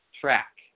track